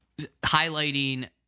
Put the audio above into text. highlighting